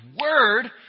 Word